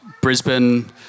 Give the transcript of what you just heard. Brisbane